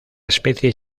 especie